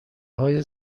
های